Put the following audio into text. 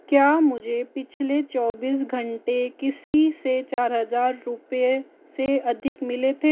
क्या मुझे पिछले चौबीस घंटे किसी से चार हज़ार रुपये से अधिक मिले थे